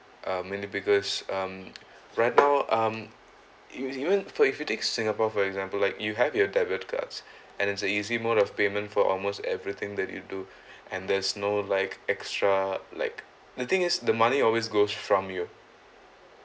um mainly because um right now um even even for if you take singapore for example like you have your debit cards and it's a easy mode of payment for almost everything that you do and there's no like extra like the thing is the money always goes from you